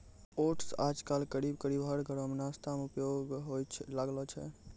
oats आजकल करीब करीब हर घर मॅ नाश्ता मॅ उपयोग होय लागलो छै